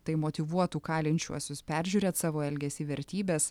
tai motyvuotų kalinčiuosius peržiūrėt savo elgesį vertybes